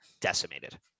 decimated